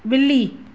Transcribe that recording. बि॒ली